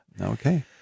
okay